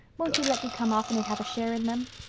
won't you let me come often and have a share in them?